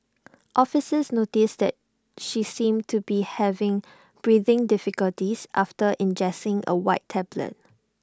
officers notices that she seemed to be having breathing difficulties after ingesting A white tablet